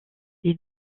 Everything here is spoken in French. les